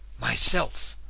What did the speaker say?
myself!